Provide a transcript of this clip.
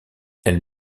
elle